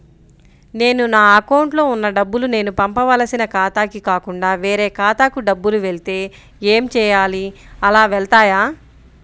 నేను నా అకౌంట్లో వున్న డబ్బులు నేను పంపవలసిన ఖాతాకి కాకుండా వేరే ఖాతాకు డబ్బులు వెళ్తే ఏంచేయాలి? అలా వెళ్తాయా?